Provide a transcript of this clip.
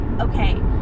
okay